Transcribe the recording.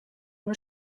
una